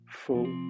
full